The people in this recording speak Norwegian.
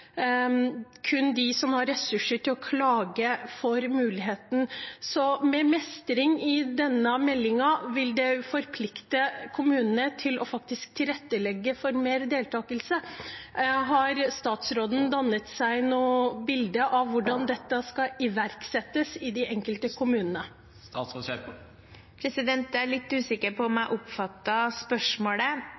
kun de som har ressurser til å klage, får muligheten. Så med mer mestring i denne meldingen vil det forplikte kommunene til å faktisk tilrettelegge for mer deltakelse. Har statsråden dannet seg noe bilde av hvordan dette skal iverksettes i de enkelte kommunene? Jeg er litt usikker på om jeg oppfattet spørsmålet,